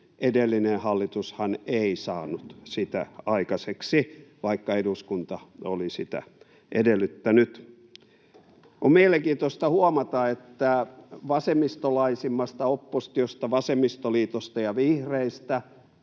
edellinen hallitushan ei saanut sitä aikaiseksi, vaikka eduskunta oli sitä edellyttänyt. On mielenkiintoista huomata, että vasemmistolaisimmasta oppositiosta, vasemmistoliitosta ja vihreistä,